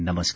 नमस्कार